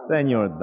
Senor